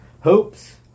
hopes